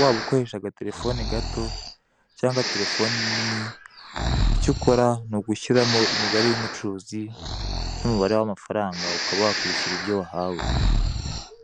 waba ukoresha agatelefone gato cyangwa telefone nini, icyo ukora ni ugushyiramo imibare y'umucuruzi n'umubare w'amafaranga ukaba wakwishyura ibyo wahawe.